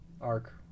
Arc